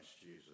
Jesus